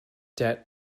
debt